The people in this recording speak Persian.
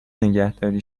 نگهداری